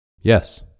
Yes